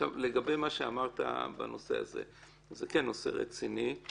לגבי מה שאמרת בנושא הזה, זה כן נושא רציני.